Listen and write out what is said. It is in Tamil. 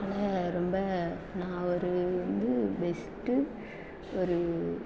அதனால் ரொம்ப நான் ஒரு வந்து பெஸ்ட்டு ஒரு